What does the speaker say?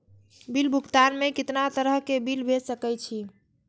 Bill भुगतान में कितना तरह के बिल भेज सके छी?